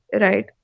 right